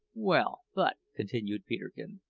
well, but, continued peterkin,